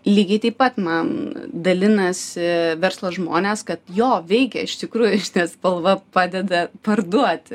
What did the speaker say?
lygiai taip pat man dalinasi verslo žmonės kad jo veikia iš tikrųjų šita spalva padeda parduoti